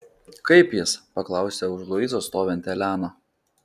kaip jis paklausė už luizos stovinti elena